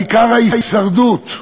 העיקר ההישרדות,